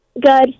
Good